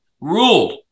ruled